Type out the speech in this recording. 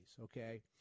okay